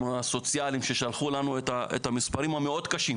הסוציאליים ששלחו לנו את המספרים המאוד קשים